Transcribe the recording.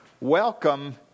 welcome